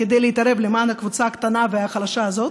כדי להתערב למען הקבוצה הקטנה והחלשה הזאת,